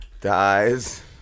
dies